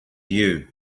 you